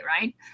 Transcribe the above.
right